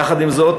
יחד עם זאת,